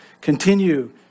Continue